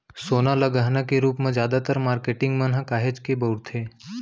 सोना ल गहना के रूप म जादातर मारकेटिंग मन ह काहेच के बउरथे